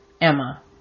Emma